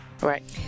Right